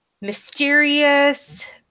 Mysterious